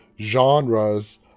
genres